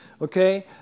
okay